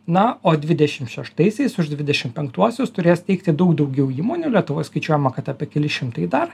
na o dvidešim šeštaisiais už dvidešim penktuosius turės teikti daug daugiau įmonių lietuvoj skaičiuojama kad apie keli šimtai dar